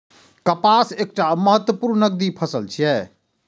कपास एकटा महत्वपूर्ण नकदी फसल छियै